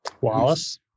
Wallace